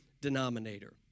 denominator